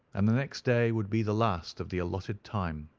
and the next day would be the last of the allotted time.